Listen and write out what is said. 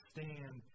Stand